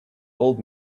old